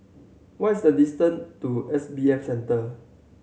what's the distance to S B F Center